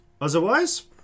Otherwise